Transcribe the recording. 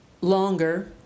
longer